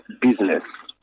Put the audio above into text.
business